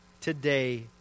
today